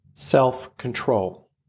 self-control